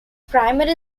primary